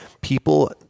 People